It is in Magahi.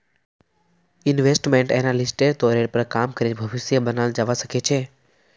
इन्वेस्टमेंट एनालिस्टेर तौरेर पर काम करे भविष्य बनाल जावा सके छे